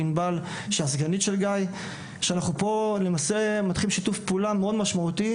ואנחנו מתחילים שיתוף פעולה מאוד משמעותי